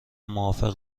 موافق